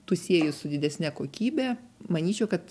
tu sieji su didesne kokybe manyčiau kad